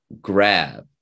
grab